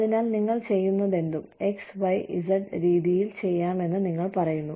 അതിനാൽ നിങ്ങൾ ചെയ്യുന്നതെന്തും X Y Z രീതിയിൽ ചെയ്യാമെന്ന് നിങ്ങൾ പറയുന്നു